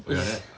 is